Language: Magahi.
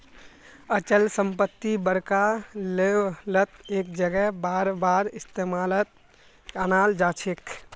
अचल संपत्ति बड़का लेवलत एक जगह बारबार इस्तेमालत अनाल जाछेक